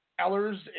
Ellers